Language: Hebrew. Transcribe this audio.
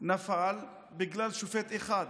נפל בגלל שופט אחד,